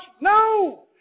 No